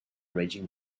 raging